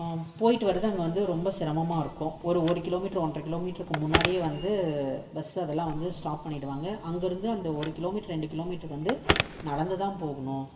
போய்ட்டு வர்றது அங்கே வந்து ரொம்ப சிரமமாக இருக்கும் ஒரு ஒரு கிலோமீட்டர் ஒன்றரை கிலோமீட்டருக்கு முன்னாடியே வந்து பஸ்ஸு அதெல்லாம் வந்து ஸ்டாப் பண்ணிடுவாங்கள் அங்கே இருந்து அந்த ஒரு கிலோமீட்டர் ரெண்டு கிலோமீட்டருக்கு வந்து நடந்து தான் போகணும்